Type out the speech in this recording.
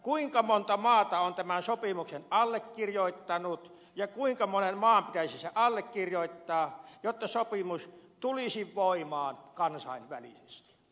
kuinka monta maata on tämän sopimuksen allekirjoittanut ja kuinka monen maan pitäisi se allekirjoittaa jotta sopimus tulisi voimaan kansainvälisesti